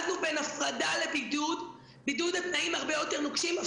כולל הפרדה ולא בידוד ומה זה אומר אני